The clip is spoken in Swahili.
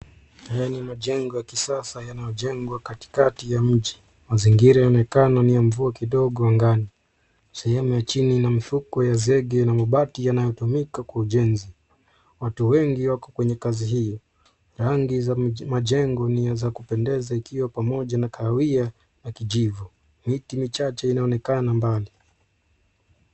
Ni majengo ya kisasa yanayojengwa katikati ya mji. Mazingira yanaonekana ni ya mvua kidogo angani. Sehemu ya chini ina mifuko ya zege na mabati yanayotumika kwa ujenzi. Watu wengi wako kwenye kazi hii. Rangi za majengo ni za kupendeza ikiwa ni pamoja na kahawia na kijivu. Miti michache inaonekana mbali.